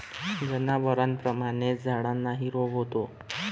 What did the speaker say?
जनावरांप्रमाणेच झाडांनाही रोग होतो